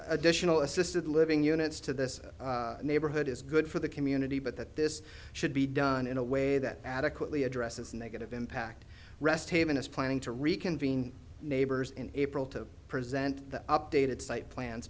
additional assisted living units to this neighborhood is good for the community but that this should be done in a way that adequately address as a negative impact rest haven is planning to reconvene neighbors in april to present the updated site plans